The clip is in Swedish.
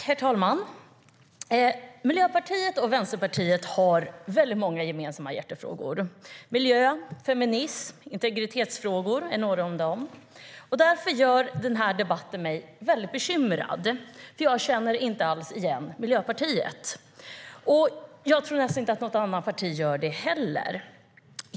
Herr talman! Miljöpartiet och Vänsterpartiet har många gemensamma hjärtefrågor. Miljö, feminism och integritetsfrågor är några av dem. Därför gör den här debatten mig väldigt bekymrad, för jag känner inte alls igen Miljöpartiet. Jag tror inte att något annat parti gör det heller.